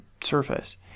surface